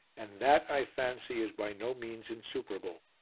and that, i fancy, is by no means insuperable.